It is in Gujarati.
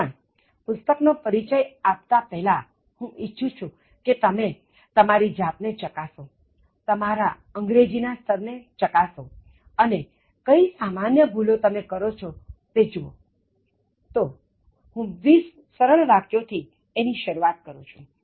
પણ પુસ્તક નો પરિચય આપું તે પહેલાં હું ઇચ્છું છું કે તમે તમારી જાતને ચકાસો અને તમારા અંગ્રેજી ના સ્તર ને ચકાસો અને કઈ સામાન્ય ભૂલો તમે કરો છો તે જુઓ તો હું 20 સરળ વાક્યો થી એની શરૂઆત કરું છું